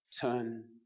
turn